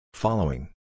Following